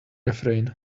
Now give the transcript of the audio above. refrain